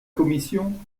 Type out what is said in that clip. commission